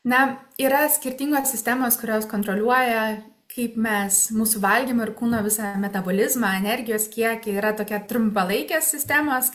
na yra skirtingos sistemos kurios kontroliuoja kaip mes mūsų valgymą ir kūno visą metabolizmą energijos kiekį yra tokia trumpalaikės sistemos